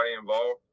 involved